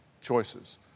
choices